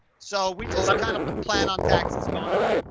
so we just kind of plan on taxes going up.